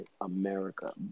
America